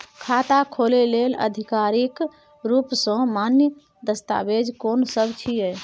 खाता खोले लेल आधिकारिक रूप स मान्य दस्तावेज कोन सब छिए?